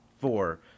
four